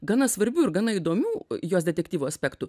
gana svarbių ir gana įdomių jos detektyvo aspektų